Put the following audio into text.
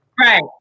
Right